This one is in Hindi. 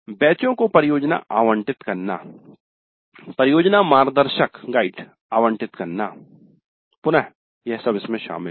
बैचों को परियोजना आवंटित करना परियोजना मार्गदर्शक गाइड आवंटित करना पुनः यह सब इसमें शामिल है